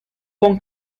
con